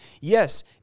Yes